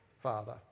Father